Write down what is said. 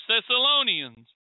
Thessalonians